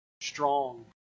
strong